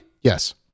Yes